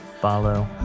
follow